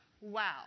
wow